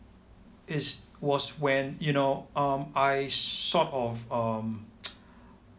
is was when you know um I sort of um